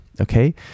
okay